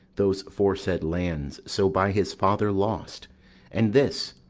those foresaid lands so by his father lost and this,